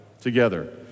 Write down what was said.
together